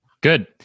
Good